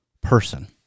person